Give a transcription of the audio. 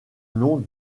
nom